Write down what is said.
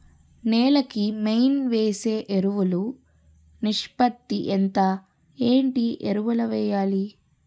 నేల కి మెయిన్ వేసే ఎరువులు నిష్పత్తి ఎంత? ఏంటి ఎరువుల వేయాలి?